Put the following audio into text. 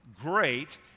Great